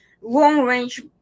long-range